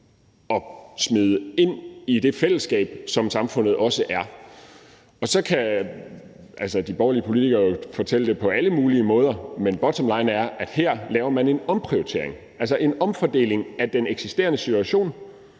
at smide ind i det fællesskab, som samfundet også er. Så kan de borgerlige politikere jo beskrive det på alle mulige måder, men bottomline er, at man her laver en omprioritering, altså en omfordeling i forhold til den eksisterende situation,